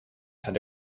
had